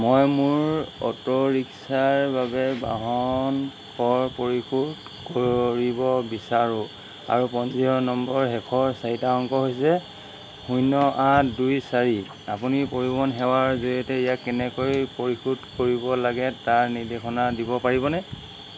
মই মোৰ অটো ৰিক্সাৰ বাবে বাহন কৰ পৰিশোধ কৰিব বিচাৰোঁ আৰু পঞ্জীয়ন নম্বৰ শেষৰ চাৰিটা অংক হৈছে শূণ্য আঠ দুই চাৰি আপুনি পৰিৱহণ সেৱাৰ জৰিয়তে ইয়াক কেনেকৈ পৰিশোধ কৰিব লাগে তাৰ নিৰ্দেশনা দিব পাৰিবনে